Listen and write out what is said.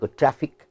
traffic